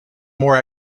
more